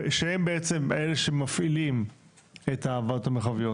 שהם בעצם אלה שמפעילים את הוועדות המרחביות.